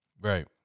Right